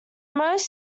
most